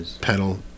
pedal